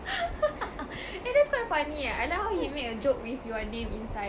eh that's quite funny eh I like how he made a joke with your name inside